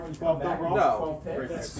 No